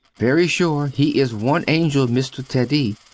very sure he is one angel, mr. teddy!